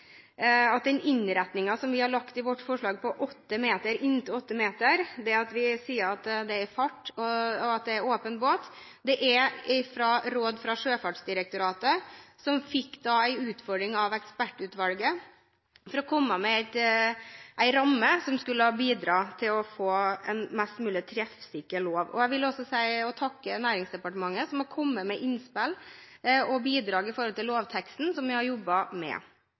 på inntil 8 meter, at det er når båten er i fart, og at det gjelder åpen båt, er slik etter råd fra Sjøfartsdirektoratet, som ble utfordret av ekspertutvalget til å komme med en ramme som skulle bidra til å gi en mest mulig treffsikker lov. Jeg vil også takke Næringsdepartementet, som har kommet med innspill og bidrag til lovteksten som vi har jobbet med.